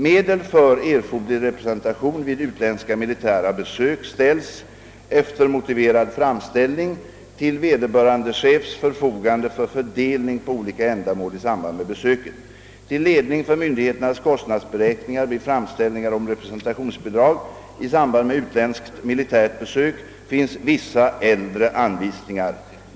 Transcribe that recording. Medel för erforderlig representation vid utländska militära besök ställs, efter motiverad framställning, till vederbörande chefs förfogande för fördelning på olika ändamål i samband med besöket. Till ledning för myndigheternas kostnadsberäkningar vid framställningar om representationsbidrag i samband med utländskt militärt besök finns vissa äldre anvisningar.